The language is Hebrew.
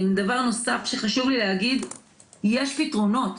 דבר נוסף שחשוב לי להגיד, יש פתרונות.